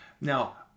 Now